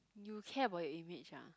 you care about your image ah